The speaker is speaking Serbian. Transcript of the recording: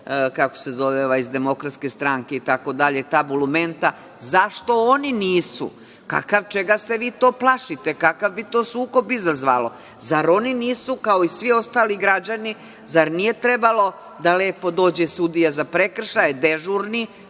kako se zove ovaj iz DS i tako dalje, ta bolumenta, zašto oni nisu? Čega se vi to plašite? Kakav bi to sukob izazvalo? Zar oni nisu kao i svi ostali građani, zar nije trebalo da lepo dođe sudija za prekršaje, dežurni,